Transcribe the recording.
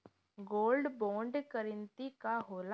Gold bond करतिं का होला?